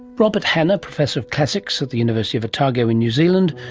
robert hannah, professor of classics at the university of otago in new zealand,